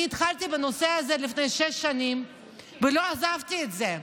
אני התחלתי בנושא הזה לפני שש שנים ולא עזבתי את זה,